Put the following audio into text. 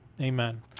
Amen